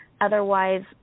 Otherwise